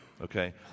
Okay